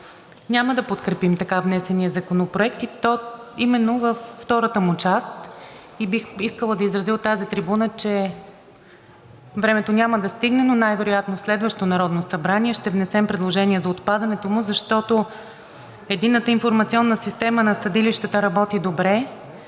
Няма да подкрепим така внесения законопроект, и то именно във втората му част, и бих искала да изразя от тази трибуна, че времето няма да стигне, но най-вероятно в следващото Народно събрание ще внесем предложение за отпадането му, защото Единната информационна система на съдилищата работи добре,